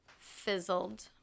fizzled